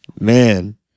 man